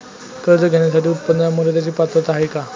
कर्ज घेण्यासाठी उत्पन्नाच्या मर्यदेची पात्रता आहे का?